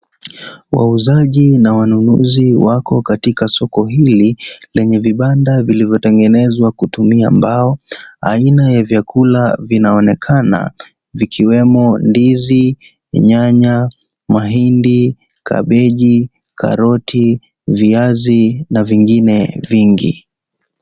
Wauzaji na wanunuzi wako katika soko hili lenye vibanda vilivyotengenezwa kutumia mbao .Aina ya vyakula vinaonekana vikiwemo ndizi, nyanya ,mahindi, kabeji, karoti, viazi na vingine vingi.